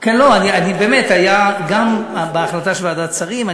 אני באמת, היה גם בהחלטה של ועדת שרים.